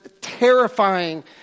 terrifying